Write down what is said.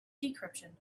decryption